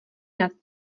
nad